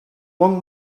won